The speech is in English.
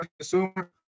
consumer